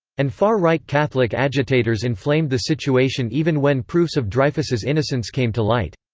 and far-right catholic agitators inflamed the situation even when proofs of dreyfus's innocence came to light.